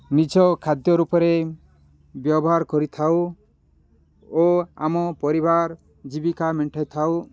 ନିଜ ଖାଦ୍ୟ ରୂପରେ ବ୍ୟବହାର କରିଥାଉ ଓ ଆମ ପରିବାର ଜୀବିକା ମେଣ୍ଟାଇଥାଉ